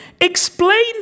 explain